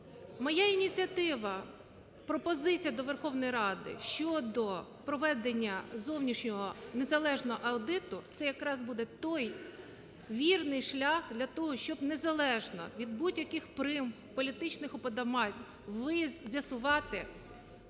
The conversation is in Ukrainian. моя ініціатива, пропозиція до Верховної Ради щодо проведення зовнішнього незалежного аудиту це якраз буде той вірний шлях для того, щоб незалежно від будь-яких примх, політичних уподобань з'ясувати